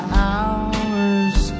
hours